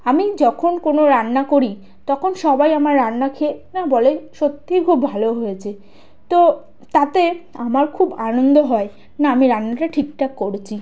আমি যখন কোনো রান্না করি তখন সবাই আমার রান্না খেয়ে বলে সত্যিই খুব ভালো হয়েছে তো তাতে আমার খুব আনন্দ হয় না আমি রান্নাটা ঠিকঠাক করেছি